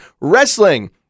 Wrestling